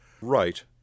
Right